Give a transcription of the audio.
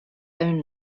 own